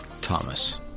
Thomas